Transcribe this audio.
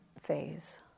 phase